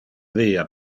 via